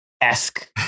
esque